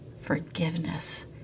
Forgiveness